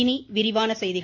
இனி விரிவான செய்திகள்